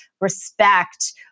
respect